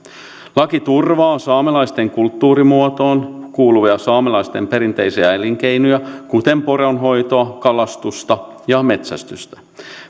laki turvaa saamelaisten kulttuurimuotoon kuuluvia saamelaisten perinteisiä elinkeinoja kuten poronhoitoa kalastusta ja metsästystä